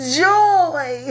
joy